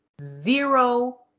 zero